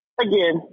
again